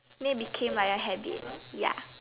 then became like a habit ya